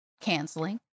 canceling